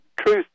Truth